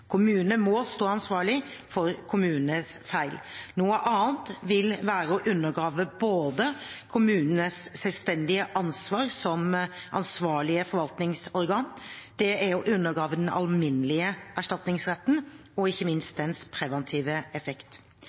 kommunene. Kommunene må stå ansvarlig for kommunenes feil. Noe annet vil være både å undergrave kommunenes selvstendige ansvar som ansvarlige forvaltningsorganer og å undergrave den alminnelige erstatningsretten og ikke minst dens preventive effekt.